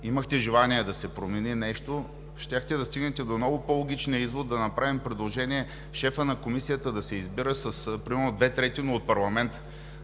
имахте желание да се промени нещо, щяхте да стигнете до много по-логичния извод да направим предложение шефът на комисията да се избира примерно с две трети, но от парламента.